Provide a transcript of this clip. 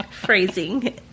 phrasing